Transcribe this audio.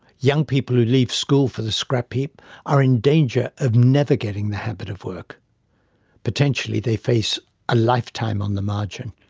young people who leave school for the scrapheap are in danger of never getting the habit of work' potentially, they face a lifetime on the margin.